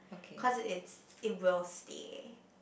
cause it's it will stay